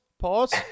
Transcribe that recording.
pause